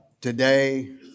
today